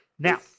Now